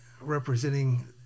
representing